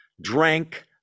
drank